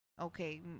okay